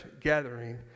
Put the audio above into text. gathering